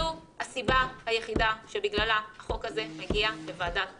זו הסיבה היחידה שבגללה החוק הזה מגיע לוועדת החוקה.